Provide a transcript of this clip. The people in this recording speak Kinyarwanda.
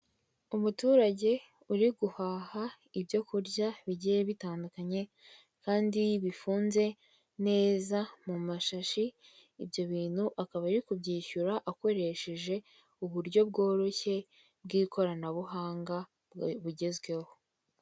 Umuturage uri guhaha ibyo kurya bigiye bitandukanye kandi bifunze neza mu mashashi, ibyo bintu akaba ari kubyishyura akoresheje uburyo bworoshye bw'ikoranabuhanga bugezweho.